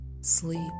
sleep